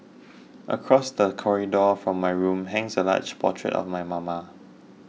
across the corridor from my room hangs a large portrait of my mama